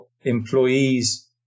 employees